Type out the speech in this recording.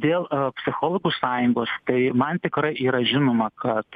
dėl psichologų sąjungos tai man tikrai yra žinoma kad